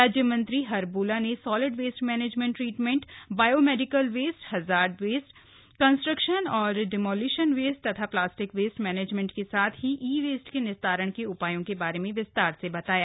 राज्यमंत्री हर्बोला ने solid best management treatment biomedical waste hazard waste construction और demolition waste plastic waste management के साथ ही ई वेस्ट के निस्तारण के उपायों के बारे में विस्तार से बताया